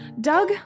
Doug